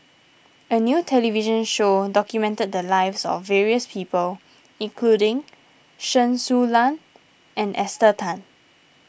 a new television show documented the lives of various people including Chen Su Lan and Esther Tan